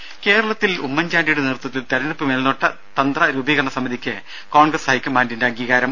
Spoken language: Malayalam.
രും കേരളത്തിൽ ഉമ്മൻചാണ്ടിയുടെ നേതൃത്വത്തിൽ തെരഞ്ഞെടുപ്പ് മേൽനോട്ട തന്ത്ര രൂപീകരണ സമിതിക്ക് കോൺഗ്രസ് ഹൈക്കമാൻഡിന്റെ അംഗീകാരം